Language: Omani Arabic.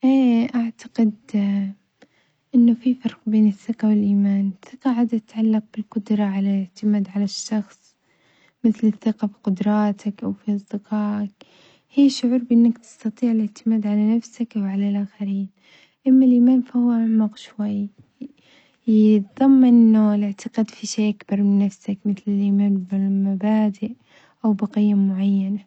إي أعتقد أنه في فرق بين الثقة والإيمان، الثقة عادة تتعلق بالقدرة على الاعتماد على الشخص مثل الثقة بقدراتك أو في أصدقائك هي شعور بأنك تستطيع الاعتماد على نفسك أو على الآخرين، أما الإيمان فهو أعمق شوي، يتظمن أنه الإعتقاد في شي أكبر من نفسك مثل الإيمان بالمبادئ أو بقيم معينة.